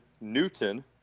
newton